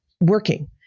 working